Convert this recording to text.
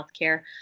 healthcare